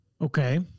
Okay